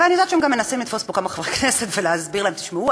ואני יודעת שהם גם מנסים לתפוס פה כמה חברי כנסת ולהסביר להם: תשמעו,